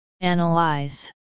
analyze